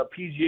PGA